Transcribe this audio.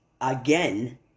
again